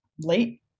late